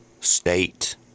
state